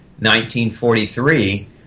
1943